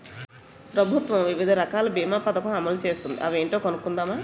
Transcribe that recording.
ప్రభుత్వం వివిధ రకాల బీమా పదకం అమలు చేస్తోంది అవేంటో కనుక్కుందామా?